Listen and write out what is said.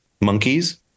Monkeys